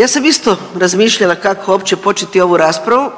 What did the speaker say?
Ja sam isto razmišljala kako uopće početi ovu raspravu.